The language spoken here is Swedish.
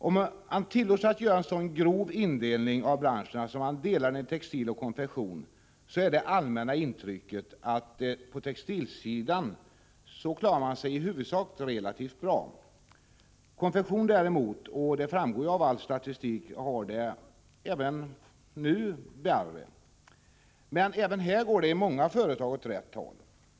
Om man tillåter sig att göra en så grov indelning av branschen att man delar den i textil och konfektion, är det allmänna intrycket att man på textilsidan klarar sig relativt bra. På konfektionssidan däremot är det värre, det framgår av all statistik. Men även här går det i många företag åt rätt håll.